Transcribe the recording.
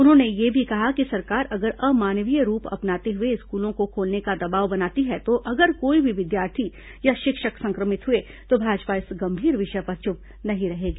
उन्होंने यह भी कहा कि सरकार अगर अमानवीय रूप अपनाते हुए स्कूलों को खोलने के लिए दबाव बनाती है और अगर कोई भी विद्यार्थी या शिक्षक संक्रमित हुए तो भाजपा इस गंभीर विषय पर चुप नहीं रहेगी